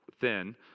thin